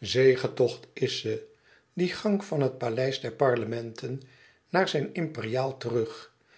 zegetocht is ze die gang van het paleis der parlementen naar zijn imperiaal terug